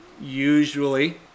usually